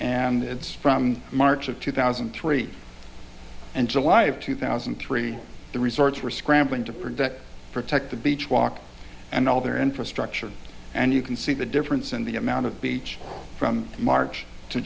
and it's from march of two thousand and three and july of two thousand and three the resorts were scrambling to protect protect the beach walk and all their infrastructure and you can see the difference in the amount of beach from march to